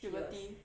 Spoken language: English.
puberty